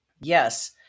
Yes